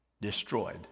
destroyed